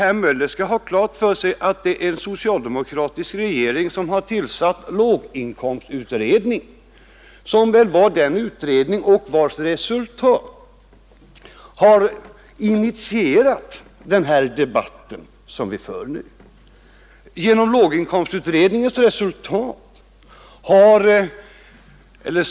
Herr Möller skall ha klart för sig att det är en socialdemokratisk regering som har tillsatt låginkomstutredningen, vars resultat har initierat den debatt som vi nu för.